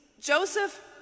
Joseph